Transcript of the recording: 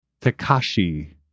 Takashi